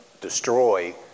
destroy